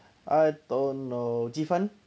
I don't know 鸡饭